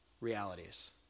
realities